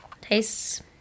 tastes